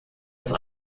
ist